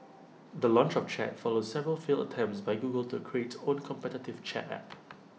the launch of chat follows several failed attempts by Google to create own competitive chat app